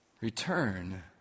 Return